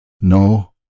no